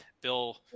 Bill